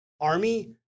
Army